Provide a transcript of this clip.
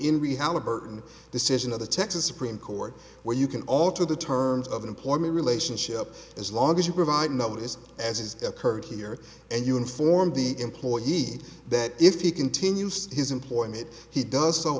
reality burton decision of the texas supreme court where you can alter the terms of employment relationship as long as you provide no is as is occurred here and you inform the employee that if he continues his employment he does so